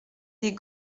des